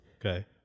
Okay